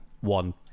one